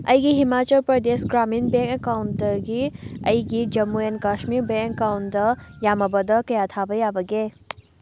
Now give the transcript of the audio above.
ꯑꯩꯒꯤ ꯍꯤꯃꯥꯆꯜ ꯄ꯭ꯔꯗꯦꯁ ꯒ꯭ꯔꯥꯃꯤꯟ ꯕꯦꯡ ꯑꯦꯀꯥꯎꯟꯇꯒꯤ ꯑꯩꯒꯤ ꯖꯝꯃꯨ ꯑꯦꯟ ꯀꯥꯁꯃꯤꯔ ꯕꯦꯡ ꯑꯦꯀꯥꯎꯟꯗ ꯌꯥꯝꯃꯕꯗ ꯀꯌꯥ ꯊꯥꯕ ꯌꯥꯕꯒꯦ